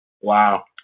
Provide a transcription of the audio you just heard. Wow